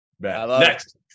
Next